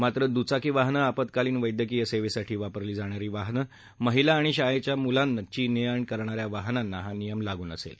मात्र दुचाकी वाहनात आपत्कालीन वैद्यकीय सेवेसाठी वापरली जाणारी वाहनििहिला आणि शाळेच्या मुलाद्यी ने आण करणाऱ्या वाहनात्ती हा नियम लागू नसेल